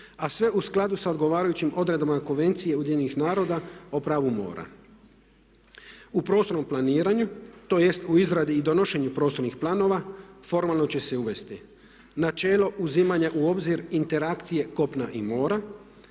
a sve u skladu s odgovarajućim odredbama Konvencije UN-a o pravu mora. U prostornom planiranju tj. u izradi i donošenju prostornih planova formalno će se uvesti načelo uzimanja u obzir interakcije kopna i mora,